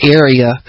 area